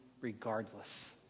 regardless